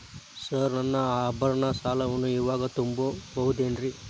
Sir ನನ್ನ ಆಭರಣ ಸಾಲವನ್ನು ಇವಾಗು ತುಂಬ ಬಹುದೇನ್ರಿ?